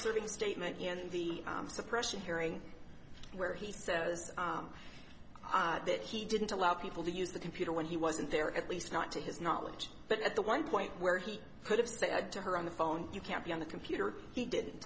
serving statement in the suppression hearing where he says i that he didn't allow people to use the computer when he wasn't there at least not to his knowledge but at the one point where he could have said to her on the phone you can't be on the computer he didn't